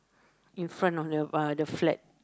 in front of the uh the flat